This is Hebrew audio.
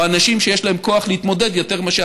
או אנשים שיש להם כוח להתמודד יותר מאשר